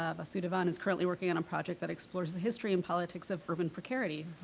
ah vasudevan is currently working on a project that explores the history and politics of urban precarity.